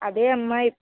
అదే అమ్మా